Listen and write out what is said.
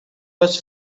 was